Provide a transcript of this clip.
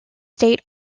state